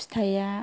फिथाया